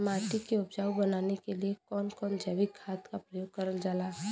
माटी के उपजाऊ बनाने के लिए कौन कौन जैविक खाद का प्रयोग करल जाला?